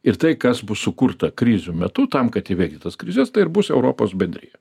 ir tai kas bus sukurta krizių metu tam kad įveikti tas krizes tai ir bus europos bendrija